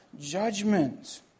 judgment